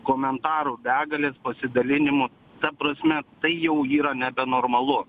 komentarų begalės pasidalinimų ta prasme tai jau yra nebenormalu